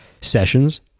sessions